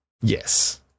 yes